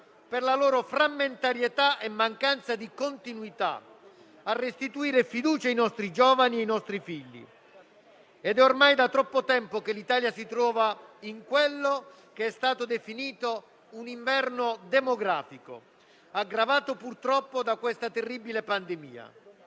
per la loro frammentarietà e mancanza di continuità, a restituire fiducia ai nostri giovani e ai nostri figli. È ormai da troppo tempo che l'Italia si trova in quello che è stato definito un inverno demografico, aggravato purtroppo da questa terribile pandemia.